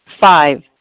Five